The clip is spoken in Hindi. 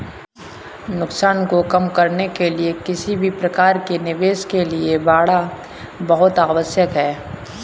नुकसान को कम करने के लिए किसी भी प्रकार के निवेश के लिए बाड़ा बहुत आवश्यक हैं